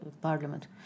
Parliament